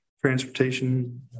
transportation